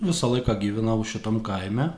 visą laiką gyvenau šitam kaime